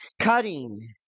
cutting